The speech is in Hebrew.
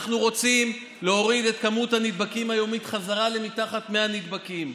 אנחנו רוצים להוריד את מספר הנדבקים היומי חזרה אל מתחת ל-100 נדבקים.